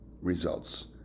results